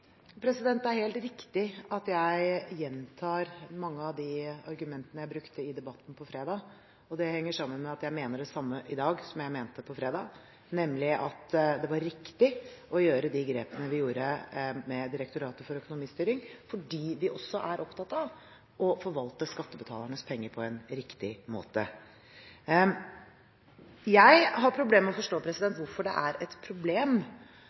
Det er helt riktig at jeg gjentar mange av de argumentene jeg brukte i debatten på fredag. Det henger sammen med at jeg mener det samme i dag som jeg mente på fredag, nemlig at det var riktig å gjøre de grepene vi gjorde med Direktoratet for økonomistyring, fordi vi også er opptatt av å forvalte skattebetalernes penger på en riktig måte. Jeg har problemer med å forstå hvorfor det er et problem